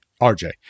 RJ